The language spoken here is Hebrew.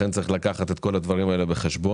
לכן צריך לקחת את כל הדברים האלה בחשבון,